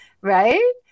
right